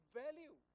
value